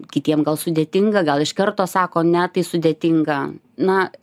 kitiem gal sudėtinga gal iš karto sako ne tai sudėtinga na